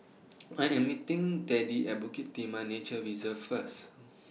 I Am meeting Teddy At Bukit Timah Nature Reserve First